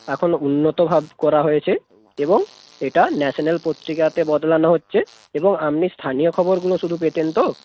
এখন উন্নত ভাব করা হয়েছে এবং এটা ন্যাশনাল পত্রিকাতে বদলানো হচ্ছে এবং আপনি স্থানীয় খবরগুলো শুধু পেতেন তো